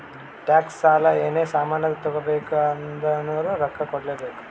tax, ಸಾಲ, ಏನೇ ಸಾಮಾನ್ ತಗೋಬೇಕ ಅಂದುರ್ನು ರೊಕ್ಕಾ ಕೂಡ್ಲೇ ಬೇಕ್